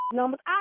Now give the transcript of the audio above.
numbers